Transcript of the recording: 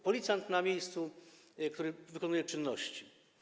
Policjant na miejscu, który wykonuje czynności.